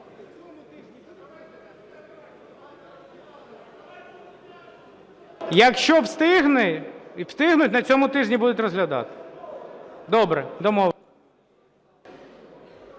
Якщо встигнуть, на цьому тижні будуть розглядати. Добре, домовились.